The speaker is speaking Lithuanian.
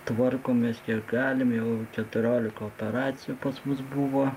tvarkomės kiek galim jau keturiolika operacijų pas mus buvo